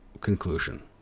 conclusion